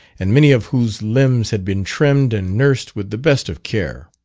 and many of whose limbs had been trimmed and nursed with the best of care.